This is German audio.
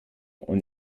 und